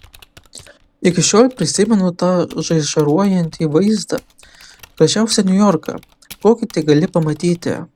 iki šiol prisimenu tą žaižaruojantį vaizdą gražiausią niujorką kokį tik gali pamatyti